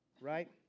right